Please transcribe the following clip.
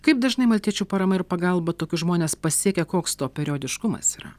kaip dažnai maltiečių parama ir pagalba tokius žmones pasiekia koks to periodiškumas yra